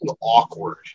awkward